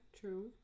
true